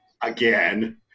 Again